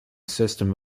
system